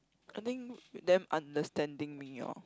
I think damn understanding me lor